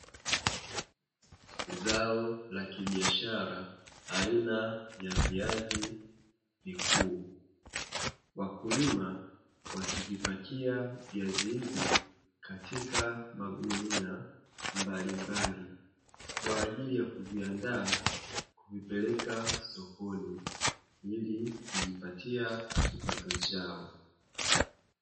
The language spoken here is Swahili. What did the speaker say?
Zao la kibiashara aina ya viazi vikuu. Wakulima wakivipakia viazi hivyo katika magunia mbalimbali kwa ajili ya kuviandaa kuvipeleka sokoni ili kujipatia kipato chao.